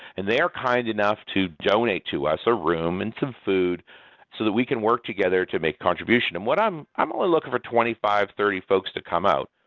and they are kind enough to donate to us a room and some food so that we can work together to make contribution. and i'm i'm only looking for twenty five, thirty folks to come out,